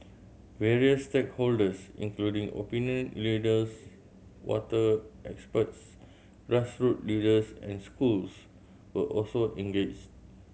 various stakeholders including opinion leaders water experts grassroots leaders and schools were also engaged